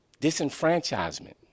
Disenfranchisement